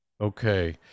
okay